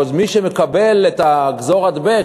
או מי שמקבל את ה"גזור הדבק"